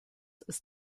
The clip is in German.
ist